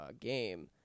game